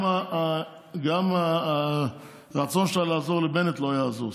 גם הרצון שלה לעזור לבנט לא יעזור,